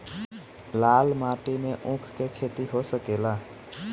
लाल माटी मे ऊँख के खेती हो सकेला?